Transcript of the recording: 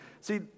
See